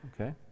Okay